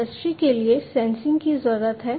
industry के लिए sensing की जरूरत है